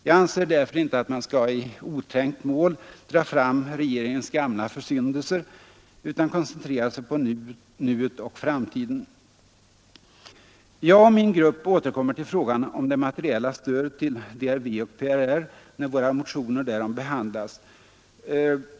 Jag anser därför att man inte i oträngt mål skall dra fram regeringens gamla försyndelser utan att man skall koncentrera sig på nuet och framtiden. Jag och min grupp återkommer till frågan om det materiella stödet till DRV och PRR när våra motioner därom skall behandlas.